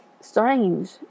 strange